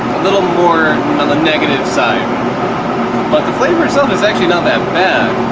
little more on the negative side but the flavor itself is actually not that bad